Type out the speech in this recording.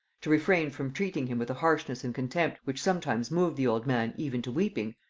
to refrain from treating him with a harshness and contempt which sometimes moved the old man even to weeping,